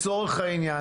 צריך לייצר